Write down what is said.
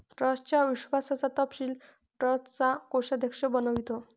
ट्रस्टच्या विश्वासाचा तपशील ट्रस्टचा कोषाध्यक्ष बनवितो